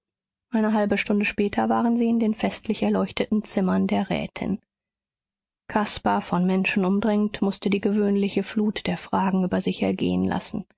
eine halbe stunde später waren sie in den festlich erleuchteten zimmern der rätin caspar von menschen umdrängt mußte die gewöhnliche flut der fragen über sich ergehen lassen